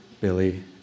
Billy